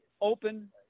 open